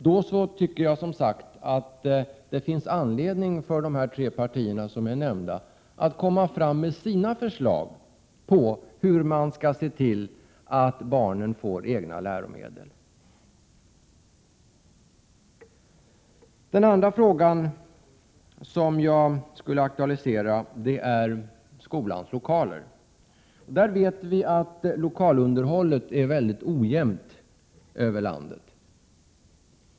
Jag tycker därför att det finns anledning för moderaterna, folkpartisterna och socialdemokraterna att lämna sina förslag när det gäller hur man skall se till att barnen får egna läromedel. Den andra frågan som jag vill aktualisera gäller skolans lokaler. Vi vet att lokalunderhållet är mycket ojämnt sett över landet.